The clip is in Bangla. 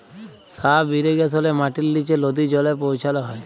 সাব ইরিগেশলে মাটির লিচে লদী জলে পৌঁছাল হ্যয়